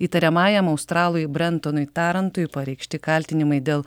įtariamajam australui brentonui tarantui pareikšti kaltinimai dėl